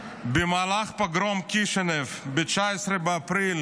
במהלך פוגרום קישינב, ב-19 באפריל